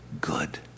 good